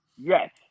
Yes